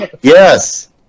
yes